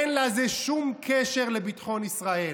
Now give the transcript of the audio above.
אין לזה שום קשר לביטחון ישראל,